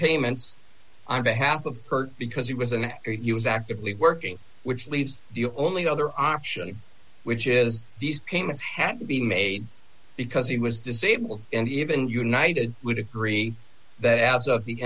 payments i'm behalf of her because he was an actively working which leaves the only other option which is these payments had to be made because he was disabled and even united would agree that a